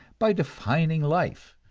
by defining life,